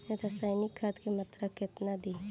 रसायनिक खाद के मात्रा केतना दी?